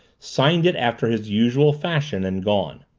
signed it after his usual fashion, and gone.